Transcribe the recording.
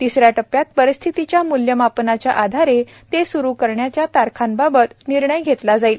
तिसऱ्या टप्प्यात परिस्थितीच्या मूल्यमापनाच्या आधारे ते सुरु करण्याच्या तारखांबाबत निर्णय घेतला जाईल